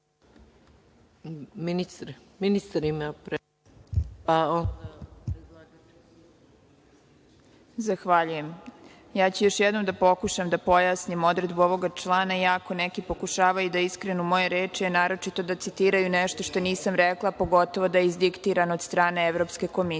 **Nela Kuburović** Zahvaljujem. Ja ću još jednom da pokušam da pojasnim odredbu ovoga člana, iako neki pokušavaju da iskrenu moje reči, a naročito da citiraju nešto što nisam rekla, a pogotovo da je izdiktirano od strane Evropske komisije. Još